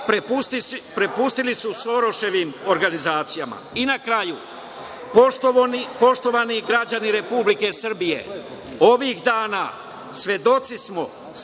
prepustili su soroševim organizacijama.I na kraju, poštovani građani Republike Srbije, ovih dana svedoci smo